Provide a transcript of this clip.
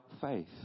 faith